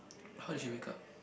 how did you wake up